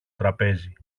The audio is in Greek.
τραπέζι